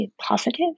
positive